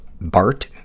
Bart